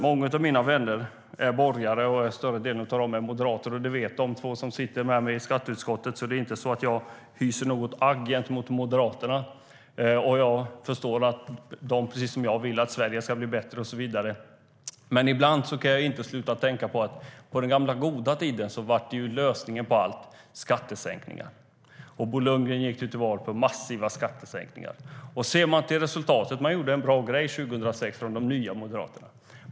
Många av mina vänner är borgare, och större delen av dem är moderater. Det vet de två som sitter med mig i skatteutskottet, så det är inte så att jag hyser något agg gentemot Moderaterna. Jag förstår att de, precis som jag, vill att Sverige ska bli bättre. Ser man till resultatet gjorde Nya moderaterna en bra grej 2006.